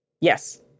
Yes